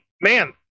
man